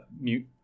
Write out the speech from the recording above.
mute